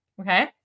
Okay